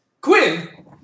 Quinn